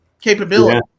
capability